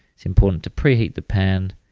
it's important to pre-heat the pan,